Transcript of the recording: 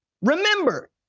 Remember